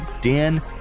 Dan